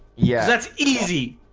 yeah, that's easy